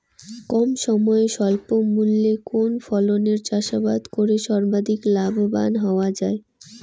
কম সময়ে স্বল্প মূল্যে কোন ফসলের চাষাবাদ করে সর্বাধিক লাভবান হওয়া য়ায়?